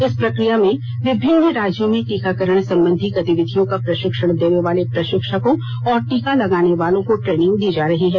इस प्रक्रिया में विभिन्न राज्यों में टीकाकरण संबंधी गतिविधियों का प्रशिक्षण देने वाले प्रशिक्षकों और टीका लगाने वालों को ट्रेनिंग दी जा रही है